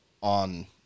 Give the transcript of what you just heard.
on